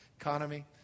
economy